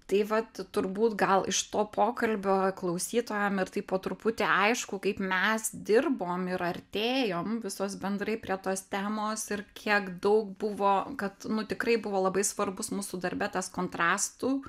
tai vat turbūt gal iš to pokalbio klausytojam ir taip po truputį aišku kaip mes dirbom ir artėjom visos bendrai prie tos temos ir kiek daug buvo kad nu tikrai buvo labai svarbus mūsų darbe tas kontrastų